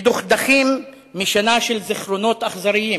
מדוכדכים משנה של זיכרונות אכזריים,